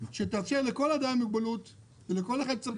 שתאפשר לכל אדם עם מוגבלות ולכל מי שצריך